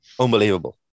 unbelievable